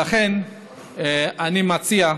לכן אני מציע,